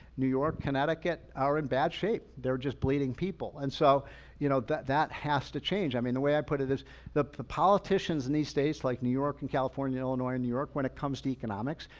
new york, connecticut are in bad shape. they're just bleeding people. and so you know that that has to change. i mean, the way i put it is the the politicians in these states like new york and california and illinois and new york, when it comes to economics,